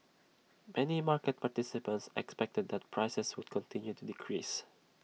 many market participants expected that prices would continue to decrease